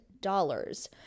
dollars